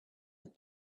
but